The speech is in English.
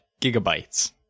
gigabytes